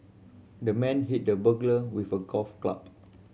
the man hit the burglar with a golf club